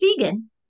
vegan